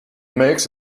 makes